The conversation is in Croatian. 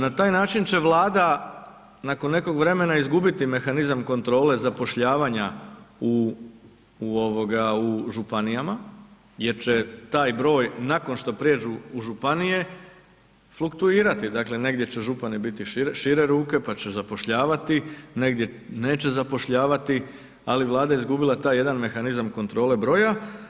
Na taj način će Vlada nakon nekog vremena izgubiti mehanizam kontrole zapošljavanja u županijama jer će taj broj nakon što pređu u županije fluktuirati, dakle negdje će župani biti šire ruke pa će zapošljavati, negdje neće zapošljavati, ali Vlada je izgubila taj jedan mehanizam kontrole broja.